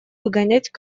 выгонять